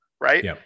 right